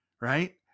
right